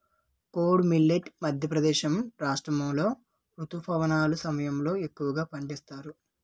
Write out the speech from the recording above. kodo millet Madhya Pradesh రాష్ట్రాములో రుతుపవనాల సమయంలో ఎక్కువగా పండిస్తారు